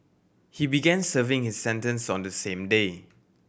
he began serving his sentence on the same day